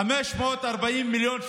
540 מיליון שקל,